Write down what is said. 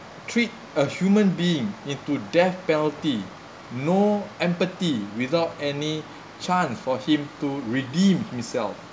treat a human being into death penalty no empathy without any chance for him to redeem himself